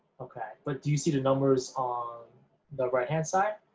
okay, but do you see the numbers on the right hand side?